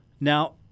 Now